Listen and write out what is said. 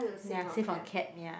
ya save on cab ya